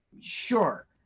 Sure